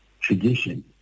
tradition